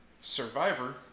Survivor